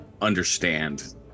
understand